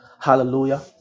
hallelujah